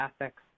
ethics